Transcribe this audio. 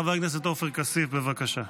חבר הכנסת עופר כסיף, בבקשה.